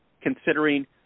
considering